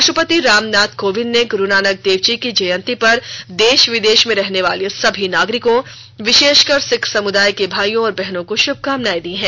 राष्ट्रपति रामनाथ कोविंद ने गुरु नानक देव जी की जयंती पर देश विदेश में रहने वाले सभी नागरिकों विशेषकर सिक्ख समुदाय के भाइयों और बहनों को शुभकामनाएं दी हैं